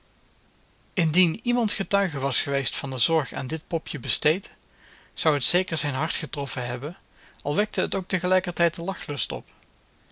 indien iemand getuige was geweest van de zorg aan dit popje besteed zou het zeker zijn hart getroffen hebben al wekte het ook tegelijkertijd den lachlust op